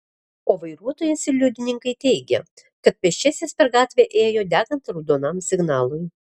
o vairuotojas ir liudininkai teigia kad pėsčiasis per gatvę ėjo degant raudonam signalui